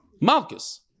Malchus